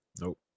Nope